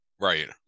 right